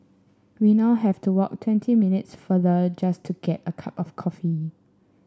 we now have to walk twenty minutes farther just to get a cup of coffee